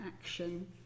action